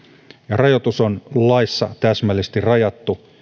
rajoitus on laissa täsmällisesti rajattu